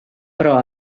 però